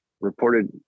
reported